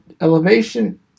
Elevation